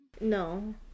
No